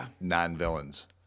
non-villains